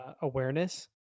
awareness